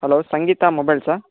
hello Sangeetha మొబైల్సా